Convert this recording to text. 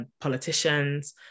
politicians